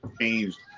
changed